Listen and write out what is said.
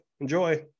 Enjoy